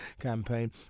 campaign